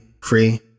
free